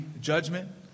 judgment